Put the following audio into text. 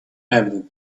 evident